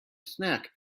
snack